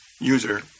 user